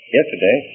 Yesterday